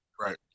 Right